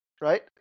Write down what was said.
Right